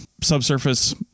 subsurface